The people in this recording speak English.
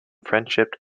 friendship